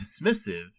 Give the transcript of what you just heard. dismissive